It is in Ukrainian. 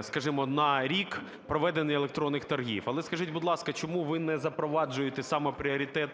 скажімо, на рік проведення електронних торгів. Але скажіть, будь ласка, чому ви не запроваджуєте саме пріоритет